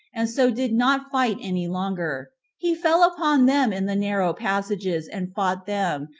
and so did not fight any longer, he fell upon them in the narrow passages, and fought them,